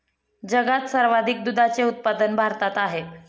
जगात सर्वाधिक दुधाचे उत्पादन भारतात आहे